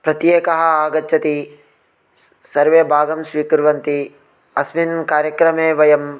प्रत्येकः आगच्छति स् सर्वे भागं स्वीकुर्वन्ति अस्मिन् कार्यक्रमे वयं